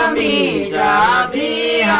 um a a